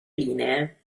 linee